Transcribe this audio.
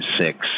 six